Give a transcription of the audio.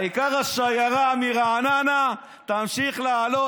העיקר שהשיירה מרעננה תמשיך לעלות.